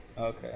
Okay